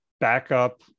backup